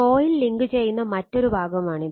coil ലിങ്കുചെയ്യുന്ന മറ്റൊരു ഭാഗമാണിത്